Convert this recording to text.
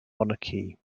monarchy